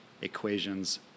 equations